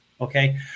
Okay